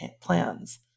plans